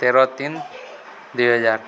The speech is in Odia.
ତେର ତିନି ଦୁଇହଜାର